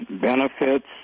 benefits